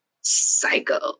Psycho